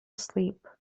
asleep